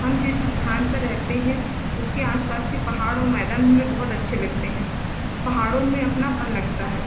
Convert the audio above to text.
हम जिस स्थान पर रहते हैं उसके आसपास के पहाड़ और मैदान हमें बहुत अच्छे लगते हैं पहाड़ों में अपनापन लगता है